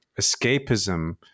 escapism